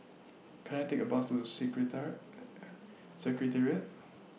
Can I Take A Bus to Secretariat